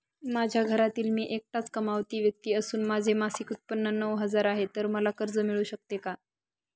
माझ्या घरातील मी एकटाच कमावती व्यक्ती असून माझे मासिक उत्त्पन्न नऊ हजार आहे, तर मला कर्ज मिळू शकते का?